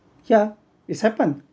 yeah it's happened